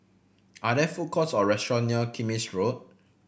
are there food courts or restaurant near Kismis Road